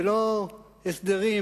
ולא הסדרים,